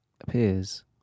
appears